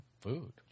Food